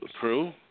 True